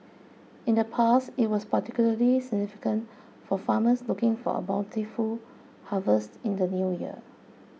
in the past it was particularly significant for farmers looking for a bountiful harvest in the New Year